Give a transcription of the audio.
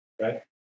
right